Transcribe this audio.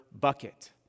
bucket